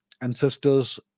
ancestors